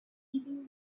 keeping